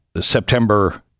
September